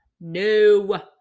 No